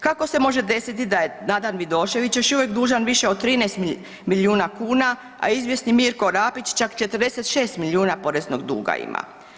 Kako se može desiti da je Nadan Vidošević još uvijek dužan više od 13 milijuna kuna, a izvjesni Mirko Orapić čak 46 milijuna poreznog duga ima?